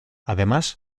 además